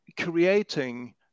creating